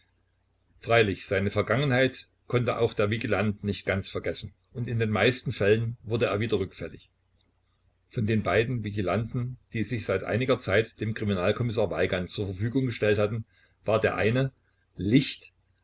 freilich seine vergangenheit konnte auch der vigilant nicht ganz vergessen und in den meisten fällen wurde er wieder rückfällig von den beiden vigilanten die sich seit einiger zeit dem kriminalkommissar weigand zur verfügung gestellt hatten war der eine licht